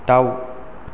दाउ